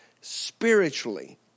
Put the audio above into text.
spiritually